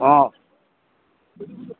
अ